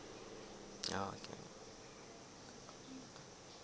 okay